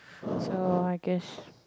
so I guess